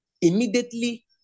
immediately